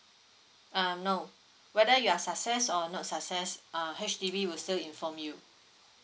um no whether you are success or not success err H_D_B will still inform you